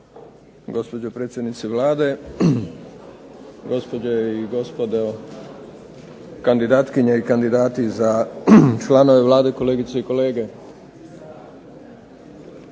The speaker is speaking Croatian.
gospođo predsjednice Vlade, gospođe i gospodo kandidatkinje i kandidati za članove Vlade, kolegice i kolege.